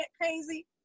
crazy